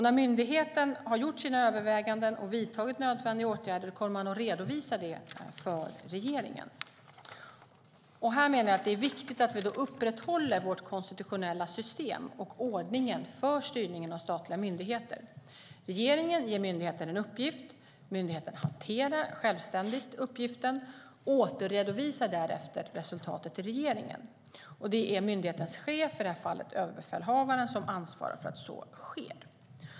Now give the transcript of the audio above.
När myndigheten har gjort sina överväganden och vidtagit nödvändiga åtgärder kommer de att redovisa det för regeringen. Det är viktigt att vi upprätthåller vårt konstitutionella system och ordningen för styrningen av statliga myndigheter. Regeringen ger myndigheten en uppgift. Myndigheten hanterar självständigt uppgiften och återredovisar därefter resultatet till regeringen. Det är myndighetens chef, i det här fallet överbefälhavaren, som ansvarar för att det sker.